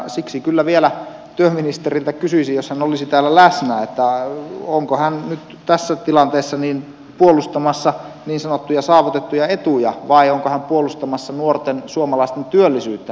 siksi kyllä vielä työministeriltä kysyisin jos hän olisi täällä läsnä onko hän nyt tässä tilanteessa puolustamassa niin sanottuja saavutettuja etuja vai onko hän puolustamassa nuorten suomalaisten työllisyyttä